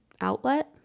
outlet